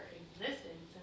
existence